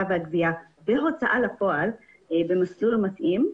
והגבייה וכן ההוצאה לפועל במסלול מתאים.